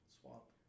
swap